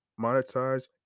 monetize